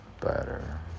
better